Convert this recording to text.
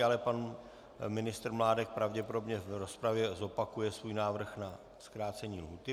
Ale pan ministr Mládek pravděpodobně v rozpravě zopakuje svůj návrh na zkrácení lhůty.